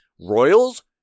Royals